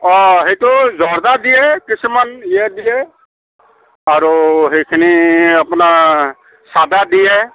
অঁ সেইটো জৰ্দা দিয়ে কিছুমান ইয়ে দিয়ে আৰু সেইখিনি আপোনাৰ চাদা দিয়ে